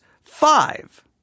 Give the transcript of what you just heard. five